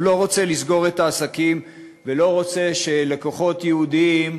הוא לא רוצה לסגור את העסקים ולא רוצה שלקוחות יהודים,